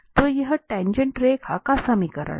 तो यह टाँगेँट रेखा का समीकरण है